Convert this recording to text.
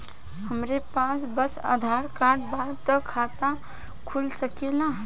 हमरे पास बस आधार कार्ड बा त खाता खुल सकेला?